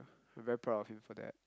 I'm very proud of him for that